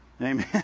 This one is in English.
Amen